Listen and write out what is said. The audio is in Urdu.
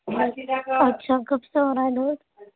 اچھا اچھا کب سے ہو رہا ہے درد